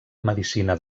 medicina